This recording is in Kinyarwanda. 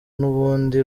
n’ubundi